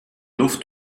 luft